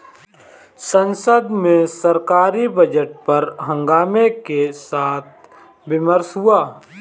संसद में सरकारी बजट पर हंगामे के साथ विमर्श हुआ